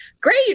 great